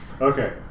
Okay